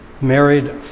married